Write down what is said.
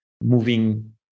moving